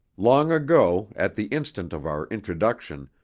long ago, at the instant of our introduction,